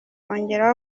bongera